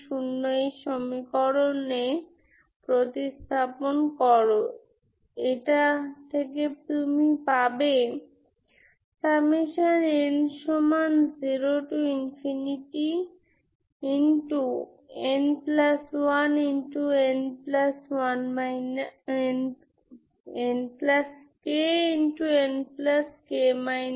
সুতরাং আমরা c21 নির্বাচন করি তাই yx1 একটি ইগেনফাংশন্ কারণ তাদের একটি ননজিরো সমাধান আছে একটি ইগেন ফাংশন একটি ইগেনভ্যালু λ 0 এর সাথে সম্পর্কিত